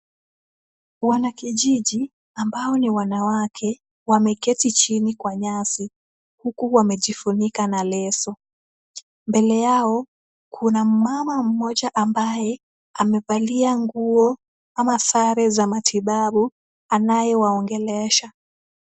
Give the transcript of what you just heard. Wanakijiji ambao ni wanawake, wameketi chini kwa nyasi huku wamejifunika na leso. Mbele yao, kuna mmama mmoja ambaye amevalia nguo, ama sare za matibabu, anaye waongelesha.